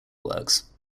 works